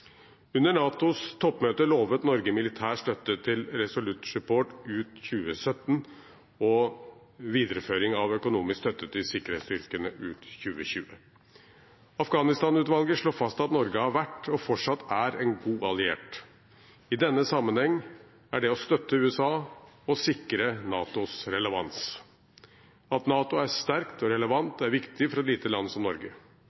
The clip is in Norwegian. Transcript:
Under NATOs toppmøte lovte Norge militær støtte til Resolute Support ut 2017 og videreføring av økonomisk støtte til sikkerhetsstyrkene ut 2020. Afghanistan-utvalget slår fast at Norge har vært, og fortsatt er, en god alliert. I denne sammenheng er det å støtte USA og å sikre NATOs relevans. At NATO er sterkt og relevant, er viktig for et lite land som Norge.